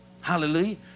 Hallelujah